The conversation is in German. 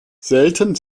selten